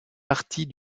partie